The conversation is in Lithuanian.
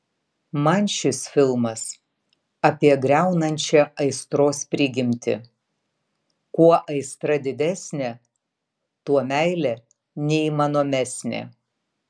man šis filmas apie griaunančią aistros prigimtį kuo aistra didesnė tuo meilė neįmanomesnė